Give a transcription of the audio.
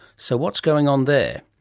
so what's going on there?